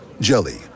Jelly